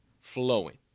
flowing